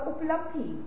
तो ये कुछ तरीके हैं